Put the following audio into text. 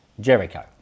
Jericho